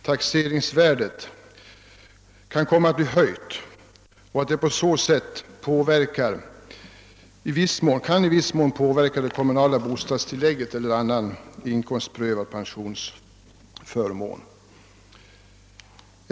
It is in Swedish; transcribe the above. Taxeringsvärdet kan komma att bli höjt och därigenom i viss mån komma att påverka det komumnala bostadstillägget eller annan inkomstprövad pensionsförmån.